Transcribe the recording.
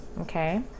Okay